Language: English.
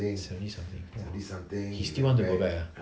seventy something he still want to go back ah